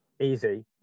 Easy